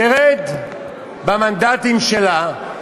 תרד במנדטים שלה,